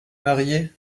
mariée